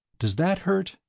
does that hurt?